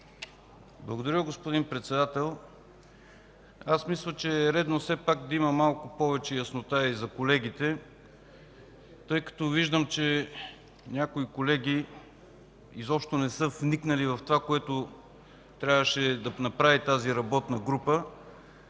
Благодаря, господин Председател. Мисля, че е редно да има малко повече яснота и за колегите, тъй като виждам, че някои колеги изобщо не са вникнали в това, което трябваше да направи тази работна група.